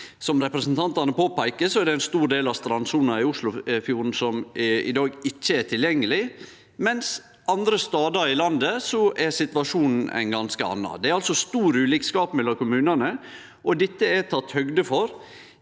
Som representantane påpeiker, er det ein stor del av strandsona i Oslofjorden som i dag ikkje er tilgjengeleg, mens situasjonen andre stader i landet er ein ganske annan. Det er altså stor ulikskap mellom kommunane, og dette er tatt høgde for